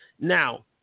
Now